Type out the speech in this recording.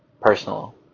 personal